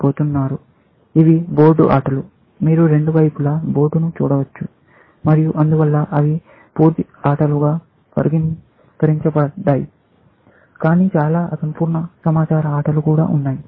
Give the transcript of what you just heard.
ఇవి బోర్డు ఆటలు మీరు రెండు వైపులా బోర్డును చూడవచ్చు మరియు అందువల్ల అవి పూర్తి ఆటలుగా వర్గీకరించబడ్డాయి కానీ చాలా అసంపూర్ణ సమాచార ఆటలు కూడా ఉన్నాయి